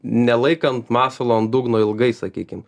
nelaikant masalo ant dugno ilgai sakykim